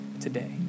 today